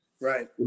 Right